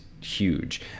huge